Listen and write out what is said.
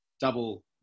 double